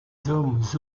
hommes